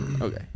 okay